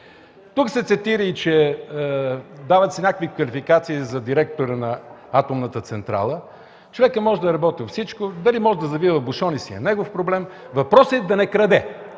Тук се цитира и се дават някакви квалификации за директора на Атомната централа. Човекът може да е работил всичко. Дали може да завива бушони, си е негов проблем. Въпросът е да не краде.